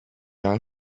ail